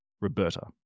Roberta